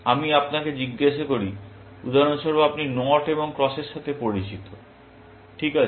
আমি আপনাকে জিজ্ঞাসা করি উদাহরণস্বরূপ আপনি নট এবং ক্রস এর সাথে পরিচিত ঠিক আছে